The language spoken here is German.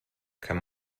kann